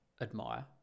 admire